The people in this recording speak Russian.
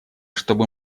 чтобы